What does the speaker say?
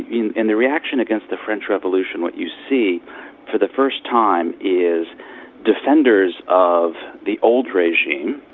in in the reaction against the french revolution, what you see for the first time is defenders of the old regime,